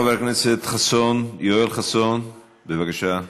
חבר הכנסת יואל חסון, בבקשה.